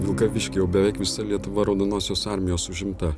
vilkaviškį jau beveik visa lietuva raudonosios armijos užimta